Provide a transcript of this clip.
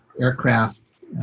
aircraft